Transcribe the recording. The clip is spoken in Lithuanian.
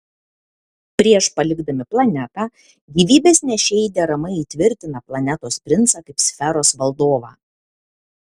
prieš palikdami planetą gyvybės nešėjai deramai įtvirtina planetos princą kaip sferos valdovą